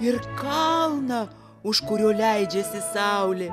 ir kalną už kurio leidžiasi saulė